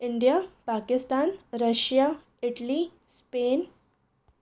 India Pakistan Russia Italy Spain